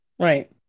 Right